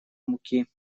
муки